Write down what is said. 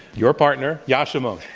your partner, yascha mounk.